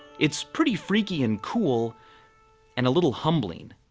it's pretty freaky and cool and a little humbling,